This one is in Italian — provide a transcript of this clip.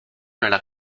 nella